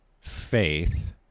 faith